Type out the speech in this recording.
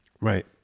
Right